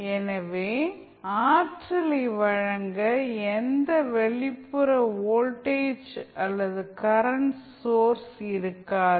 எனவே ஆற்றலை வழங்க எந்த வெளிப்புற வோல்டேஜ் அல்லது கரண்ட் சோர்ஸ் இருக்காது